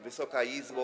Wysoka Izbo!